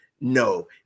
No